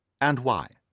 and why?